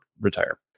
retire